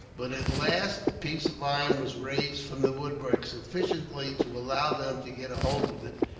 but at last the piece of iron was raised from the woodwork sufficiently to allow them to get a hold of it,